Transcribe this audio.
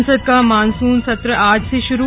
संसद का मानसून सत्र आज से शुरू